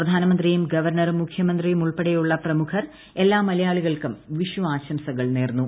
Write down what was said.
പ്രധാനമന്ത്രിയും ഗവർണറും മുഖ്യമന്ത്രിയുമുൾപ്പെടെയുള്ള പ്രമുഖർ എല്ലാ മലയാളികൾക്കും വിഷു ആശംസകൾ നേർന്നു